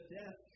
death